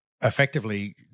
effectively